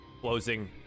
Closing